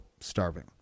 starving